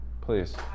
Please